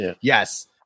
Yes